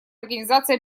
организации